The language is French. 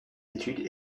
études